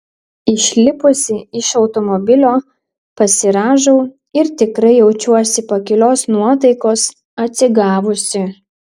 išlipusi iš automobilio pasirąžau ir tikrai jaučiuosi pakilios nuotaikos atsigavusi